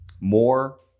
more